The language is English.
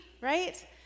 right